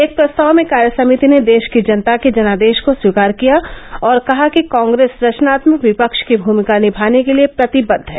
एक प्रस्ताव में कार्य समिति ने देश की जनता के जनादेश को स्वीकार किया और कहा कि कांग्रेस रचनात्मक विपक्ष की भूमिका निभाने के लिए प्रतिबद्ध है